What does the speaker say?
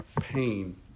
pain